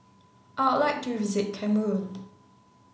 I would like to visit Cameroon